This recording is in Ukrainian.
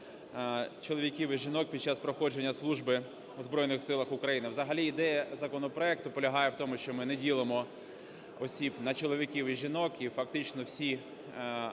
чоловіків і жінок під час проходження служби у Збройних Силах України. Взагалі ідея законопроекту полягає в тому, що ми не ділимо осіб на чоловіків і жінок і фактично всі